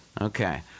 Okay